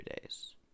days